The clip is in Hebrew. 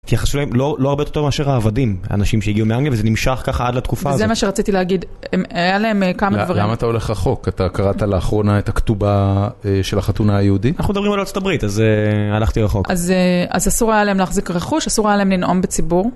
התייחסו אליהם לא הרבה יותר מאשר העבדים, האנשים שהגיעו מאנגליה, וזה נמשך ככה עד לתקופה הזאת. וזה מה שרציתי להגיד, היה להם כמה דברים. למה אתה הולך רחוק? אתה קראת לאחרונה את הכתובה של החתונה היהודית? אנחנו מדברים על ארה״ב, אז הלכתי רחוק. אז אסור היה להם להחזיק רכוש, אסור היה להם לנאום בציבור.